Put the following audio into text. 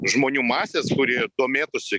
žmonių masės kuri domėtųsi